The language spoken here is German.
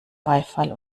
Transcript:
beifall